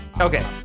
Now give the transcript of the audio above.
Okay